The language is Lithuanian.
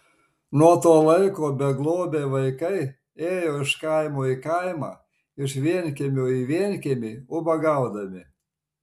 nuo to laiko beglobiai vaikai ėjo iš kaimo į kaimą iš vienkiemio į vienkiemį ubagaudami